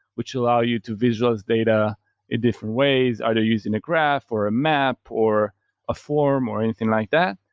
which allow you to visualize data in different ways, either using a graph, or a map, or a forum or anything like that.